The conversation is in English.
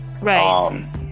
right